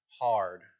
hard